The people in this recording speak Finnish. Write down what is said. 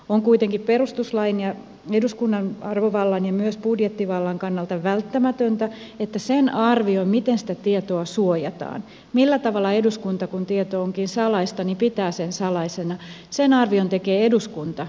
on kuitenkin perustuslain ja eduskunnan arvovallan ja myös budjettivallan kannalta välttämätöntä että sen arvion miten sitä tietoa suojataan millä tavalla eduskunta kun tieto onkin salaista pitää sen salaisena tekee eduskunta eikä valtiovarainministeriö